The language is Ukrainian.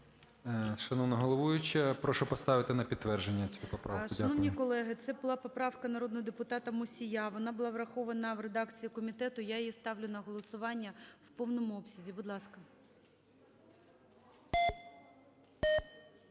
Шановна головуюча, прошу поставити на підтвердження цю поправку. Дякую. ГОЛОВУЮЧИЙ. Шановні колеги, це була поправка народного депутата Мусія. Вона була врахована в редакції комітету, я її ставлю на голосування в повному обсязі. Будь ласка.